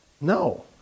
No